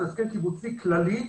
הסכם קיבוצי כללי,